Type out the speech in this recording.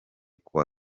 kuwa